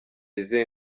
izihe